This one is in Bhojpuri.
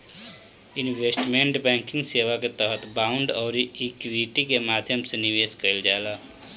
इन्वेस्टमेंट बैंकिंग सेवा के तहत बांड आउरी इक्विटी के माध्यम से निवेश कईल जाला